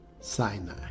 Sinai